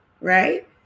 right